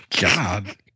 god